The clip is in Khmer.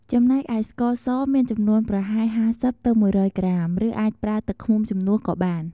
ចំណែកឯស្ករស មានចំនួនប្រហែល ៥០-១០០ ក្រាម ឬអាចប្រើទឹកឃ្មុំជំនួសក៏បាន។